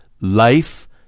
life